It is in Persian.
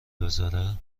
بزاره